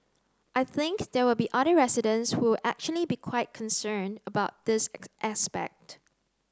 I think there will be other residents who will actually be quite concerned about this aspect